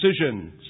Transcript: decisions